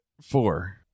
four